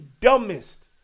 dumbest